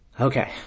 Okay